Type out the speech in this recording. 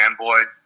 fanboy